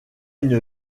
une